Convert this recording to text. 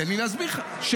תן לי להסביר לך.